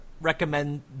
Recommend